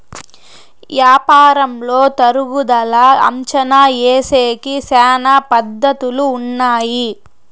యాపారంలో తరుగుదల అంచనా ఏసేకి శ్యానా పద్ధతులు ఉన్నాయి